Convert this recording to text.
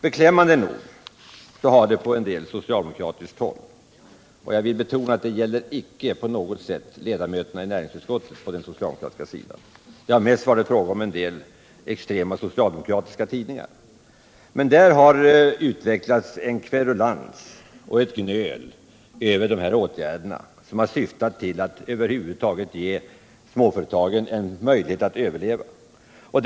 Beklämmande nog har det inom socialdemokratin på en del håll — jag vill betona att detta icke på något sätt gäller de socialdemokratiska ledamöterna i näringsutskottet, utan det har mest varit fråga om en del extrema socialdemokratiska tidningar — utvecklats en kverulans och ett gnöl över dessa åtgärder som syftar till att ge småföretagen möjlighet att över huvud taget överleva.